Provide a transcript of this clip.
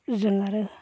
जों आरो